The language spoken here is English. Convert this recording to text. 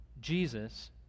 Jesus